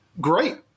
great